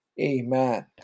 Amen